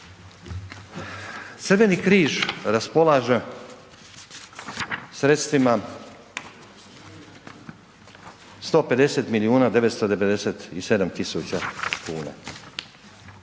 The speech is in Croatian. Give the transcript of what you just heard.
Crveni križ raspolaže sredstvima 150 milijuna